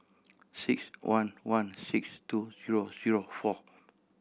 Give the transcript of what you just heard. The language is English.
six one one six two zero zero four